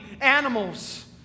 animals